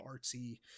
artsy